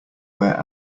where